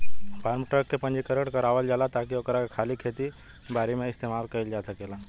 form truck के पंजीकरण करावल जाला ताकि ओकरा के खाली खेती बारी में इस्तेमाल कईल जा सकेला